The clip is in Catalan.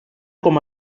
com